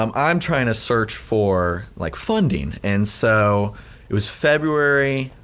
um i'm trying to search for like funding and so it was february,